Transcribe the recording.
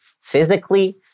physically